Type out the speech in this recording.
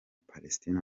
palestine